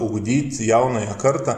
ugdyt jaunąją kartą